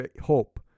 hope